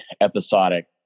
episodic